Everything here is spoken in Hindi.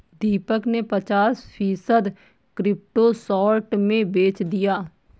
दीपक ने पचास फीसद क्रिप्टो शॉर्ट में बेच दिया